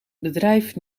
bedrijf